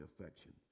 affection